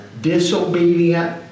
disobedient